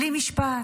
בלי משפט,